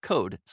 Code